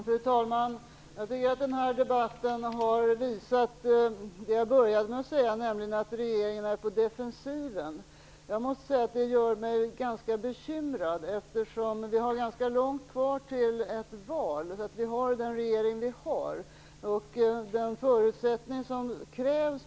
Fru talman! Jag började med att säga att regeringen är på defensiven. Det har också denna debatt visat. Det gör mig ganska bekymrad. Vi har långt kvar till val. Vi har den regering vi har.